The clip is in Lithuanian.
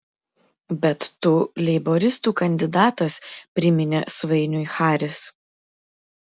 bet tu leiboristų kandidatas priminė svainiui haris